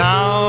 Now